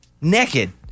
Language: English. naked